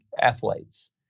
athletes